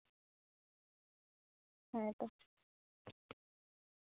ᱦᱮᱸ ᱛᱚ